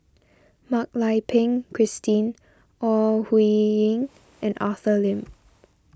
Mak Lai Peng Christine Ore Huiying and Arthur Lim